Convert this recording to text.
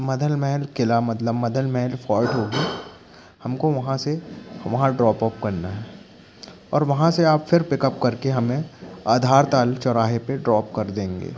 मदन महल किला मतलब मदन महल फ़ोर्ट होगी हमको वहाँ से वहाँ ड्रापअप करना है और वहाँ से आप फिर पिकअप करके हमें आधारताल चौराहे पे ड्राप कर देंगे